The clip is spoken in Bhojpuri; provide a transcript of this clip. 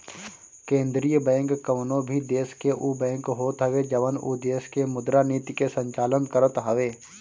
केंद्रीय बैंक कवनो भी देस के उ बैंक होत हवे जवन उ देस के मुद्रा नीति के संचालन करत हवे